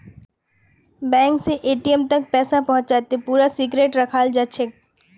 bank स ATM तक पैसा पहुंचाते पूरा सिक्रेट रखाल जाछेक